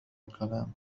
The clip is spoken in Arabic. الكلام